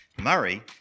Murray